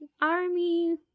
army